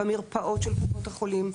במרפאות של קופות החולים,